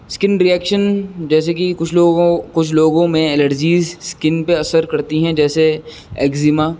skin reaction جیسے کہ کچھ لوگوں کچھ لوگوں میں الرجیز اسکن پہ اثر کرتی ہیں جیسے ایگزیما